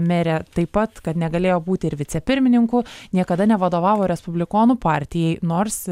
merė taip pat kad negalėjo būti ir vicepirmininku niekada nevadovavo respublikonų partijai nors